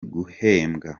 guhembwa